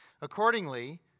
Accordingly